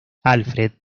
alfred